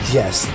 Yes